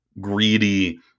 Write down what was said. greedy